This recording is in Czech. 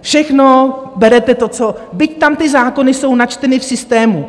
Všechno berete, byť tam ty zákony jsou načteny v systému